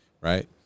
right